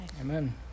Amen